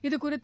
இதுகுறித்து